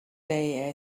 day